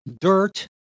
dirt